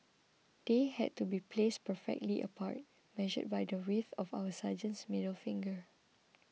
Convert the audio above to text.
they had to be placed perfectly apart measured by the width of our sergeants middle finger